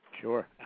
Sure